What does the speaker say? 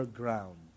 ground